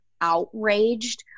outraged